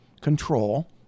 control